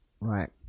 Right